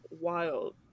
wild